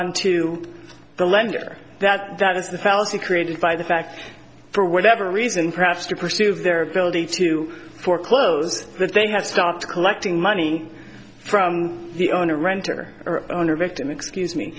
gone to the lender that that is the fallacy created by the fact for whatever reason perhaps to pursue their ability to foreclose that they have stopped collecting money from the owner renter or owner victim excuse me